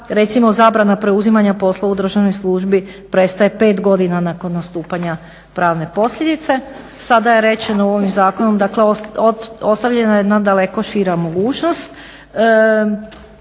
zabrana preuzimanja posla u državnoj službi prestaje 5 godina nakon nastupanja pravne posljedice. Sada je rečeno ovim zakonom, dakle ostavljena je nadaleko šira mogućnost,